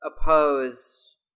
oppose